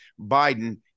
Biden